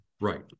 Right